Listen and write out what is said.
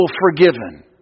forgiven